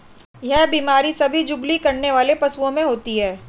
यह बीमारी सभी जुगाली करने वाले पशुओं में होती है